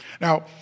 Now